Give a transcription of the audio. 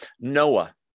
Noah